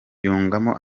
yungamo